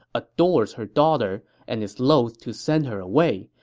adores her daughter and is loathe to send her away.